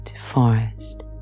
forest